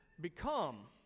become